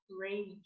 rage